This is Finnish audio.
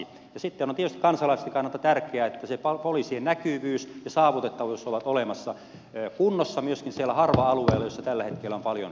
sitten on tietysti kansalaistenkin kannalta tärkeää että se poliisien näkyvyys ja saavutettavuus ovat olemassa kunnossa myöskin siellä harva alueella missä tällä hetkellä on paljon puutteita